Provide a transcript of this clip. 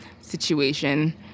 situation